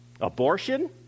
Abortion